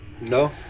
No